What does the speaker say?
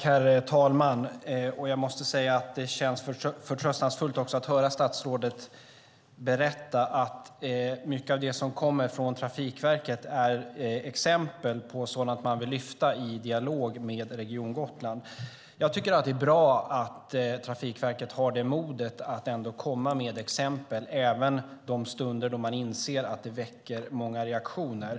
Herr talman! Jag måste säga att det känns förtröstansfullt att höra statsrådet berätta att mycket av det som kommer från Trafikverket är exempel på sådant som man vill lyfta fram i dialog med Region Gotland. Det är bra att Trafikverket ändå har modet att komma med exempel även de stunder då man inser att det väcker många reaktioner.